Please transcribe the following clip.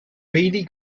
really